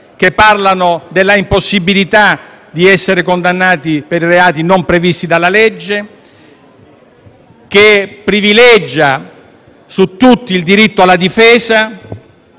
costituzionali sull'impossibilità di essere condannati per reati non previsti dalla legge, che privilegia su tutti il diritto alla difesa